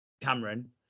Cameron